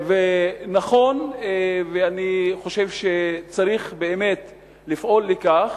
נכון, ואני חושב שצריך באמת לפעול לכך